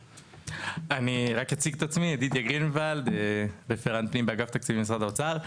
--- אני מכהן כרפרנט פנים באגף תקציבים משרד האוצר.